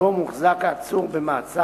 שבו העצור מוחזק במעצר